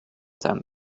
them